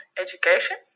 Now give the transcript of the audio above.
education